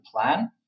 plan